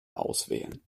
auswählen